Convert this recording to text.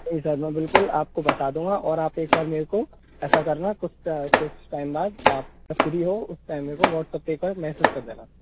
नहीं सर मैं आपको बिल्कुल बता दूंगा और आप एक बार मेरे को ऐसा करना कुछ कुछ टाइम बाद आप जब फ्री रहो उस टाइम मेको व्हाट्सप्प पे पर मैसेज कर देना